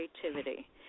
creativity